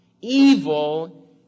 Evil